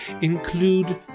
include